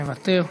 מוותר.